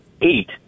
eight